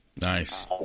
Nice